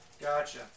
Gotcha